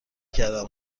کردم